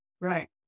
Right